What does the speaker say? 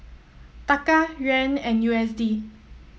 Taka Yuan and U S D